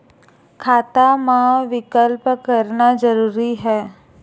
खाता मा विकल्प करना जरूरी है?